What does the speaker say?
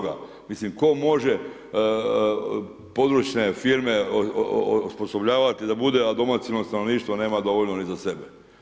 Mislim tko može područne firme osposobljavati da bude, a domicilno stanovništvo nema dovoljno ni za sebe.